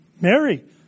Mary